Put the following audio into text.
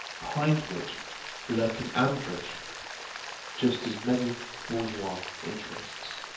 behind which lurk in ambush just as many bourgeois interests.